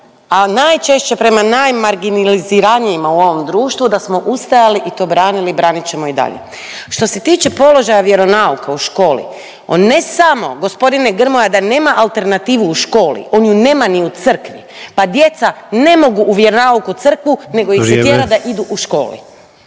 a najčešće prema najmarginaliziranijima u ovom društvu da smo ustajali i to branili, branit ćemo i dalje. Što se tiče položaja vjeronauka u školi on ne samo gospodine Grmoja da nema alternativu u školi, on je nema ni u crkvi. Pa djeca ne mogu vjeronauk u crkvu … …/Upadica Sanader: